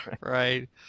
right